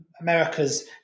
America's